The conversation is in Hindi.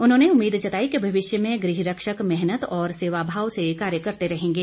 उन्होंने उम्मीद जताई कि भविष्य में गृह रक्षक मेहनत और सेवाभाव से कार्य करते रहेंगे